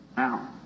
Now